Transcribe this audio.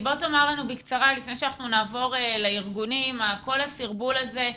תאמר לנו בקצרה לפני שנעבור לארגונים - כל הסרבול הזה,